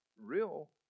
real